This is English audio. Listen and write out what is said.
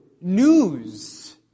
news